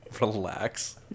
Relax